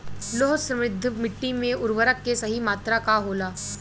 लौह समृद्ध मिट्टी में उर्वरक के सही मात्रा का होला?